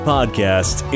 Podcast